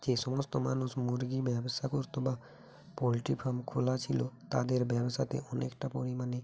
যে সমস্ত মানুষ মুরগির ব্যবসা করত বা পোলট্রি ফার্ম খোলা ছিল তাদের ব্যবসাতে অনেকটা পরিমাণে